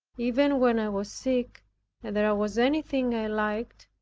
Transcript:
even when i was sick and there was anything i liked,